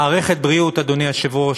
מערכת בריאות, אדוני היושב-ראש,